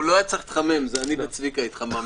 הוא לא היה צריך להתחמם, אני וצביקה התחממנו.